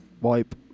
wipe